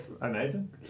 Amazing